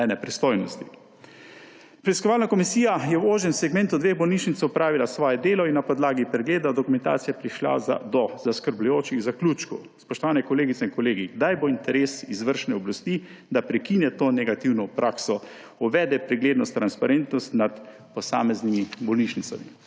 Preiskovalna komisija je v ožjem segmentu dveh bolnišnic opravila svoje delo in na podlagi pregleda dokumentacije prišla do zaskrbljujočih zaključkov. Spoštovane kolegice in kolegi, kdaj bo interes izvršne oblasti, da prekine to negativno prakso, uvede preglednost, transparentnost nad posameznimi bolnišnicami?